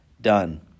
done